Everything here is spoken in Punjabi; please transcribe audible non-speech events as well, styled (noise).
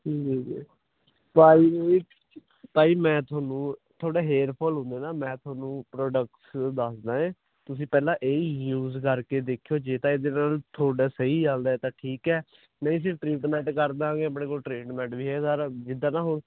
(unintelligible) ਭਾਜੀ ਮੈਂ ਤੁਹਾਨੂੰ ਥੋੜਾ ਹੇਅਰ ਫੋਲ ਕਹਿੰਦਾ ਮੈਂ ਤੁਹਾਨੂੰ ਪ੍ਰੋਡਕਟ ਦੱਸਦਾ ਏ ਤੁਸੀਂ ਪਹਿਲਾਂ ਇਹੀ ਯੂਜ ਕਰਕੇ ਦੇਖਿਓ ਜੇ ਤਾਂ ਇਹਦੇ ਨਾਲ ਤੁਹਾਡਾ ਸਹੀ ਚਲਦਾ ਤਾਂ ਠੀਕ ਹੈ ਨਹੀਂ ਫਿਰ ਟਰੀਟਮੈਂਟ ਕਰਦਾਂਗੇ ਆਪਣੇ ਕੋਲ ਟਰੀਟਮੈਂਟ ਵੀ ਹੈ ਸਾਰਾ ਜਿੱਦਾ ਦਾ